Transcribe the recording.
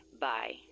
Bye